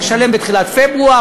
צריך לשלם בתחילת פברואר,